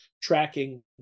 tracking